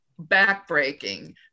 backbreaking